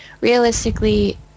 realistically